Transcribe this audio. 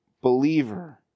believer